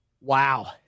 Wow